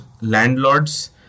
landlords